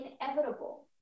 inevitable